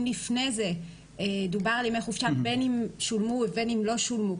אם לפני זה דובר על ימי חופשה בין אם שולמו ובין אם לא שולמו,